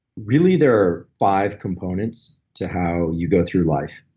really there are five components to how you go through life.